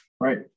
Right